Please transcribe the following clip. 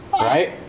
Right